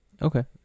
Okay